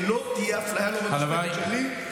לא תהיה אפליה, לא במשמרת שלי.